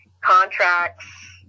Contracts